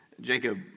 Jacob